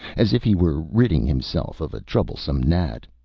as if he were ridding himself of a troublesome gnat.